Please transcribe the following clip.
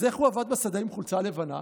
אז איך הוא עבד בשדה עם חולצה לבנה?